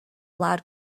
loud